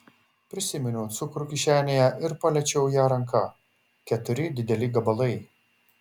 prisiminiau cukrų kišenėje ir paliečiau ją ranka keturi dideli gabalai